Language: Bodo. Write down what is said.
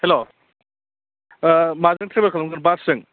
हेल' माजों ट्रेभेल खालामगोन बासजों